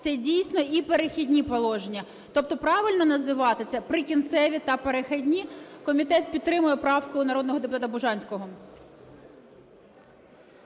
Це дійсно і "Перехідні" положення. Тобто правильно називати це "Прикінцеві та Перехідні". Комітет підтримує правку народного депутата Бужанського.